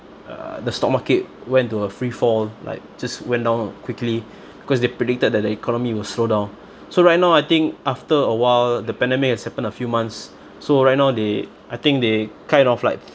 uh the stock market went to a free fall like just went down quickly because they predicted that the economy will slow down so right now I think after a while the pandemic has happened a few months so right now they I think they kind of like